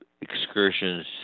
excursions